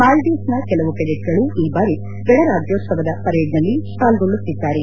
ಮಾಲ್ಗೀವ್ಸ್ನ ಕೆಲವು ಕೆಡೆಟ್ಗಳು ಈ ಬಾರಿ ಗಣರಾಜ್ಯೋತ್ಸವದ ಪರೇಡ್ನಲ್ಲಿ ಪಾಲ್ಗೊಲ್ಳುತ್ತಿದ್ದಾರೆ